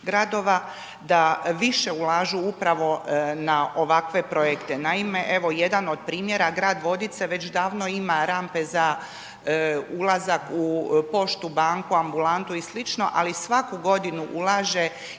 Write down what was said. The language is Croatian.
da više ulažu upravo na ovakve projekte. Naime, jedan od primjera, grad Vodice već davno ima rampe za ulazak u poštu, banku, ambulantu i slično, ali i svaku godinu ulaže